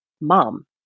Mom